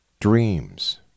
Dreams